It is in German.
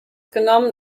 genommen